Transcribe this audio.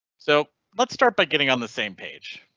so let's start by getting on the same page.